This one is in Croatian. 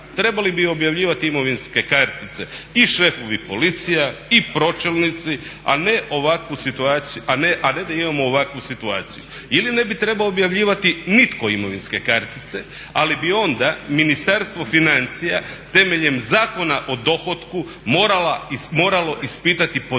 trebali bi objavljivati imovinske kartice i šefovi policija i pročelnici, a ne da imamo ovakvu situaciju. ili ne bi trebao objavljivati nitko imovinske kartice ali bi onda Ministarstvo financija temeljem Zakona o dohotku moralo ispitati podrijetlo